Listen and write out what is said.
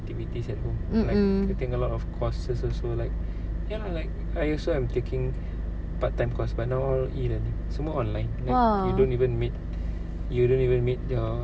activities at home like I think a lot of courses also like ya lah like I also I'm taking part time course but now e-learning some more online you don't even meet you don't even meet your